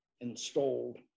installed